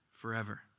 Forever